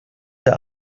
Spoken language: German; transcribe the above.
der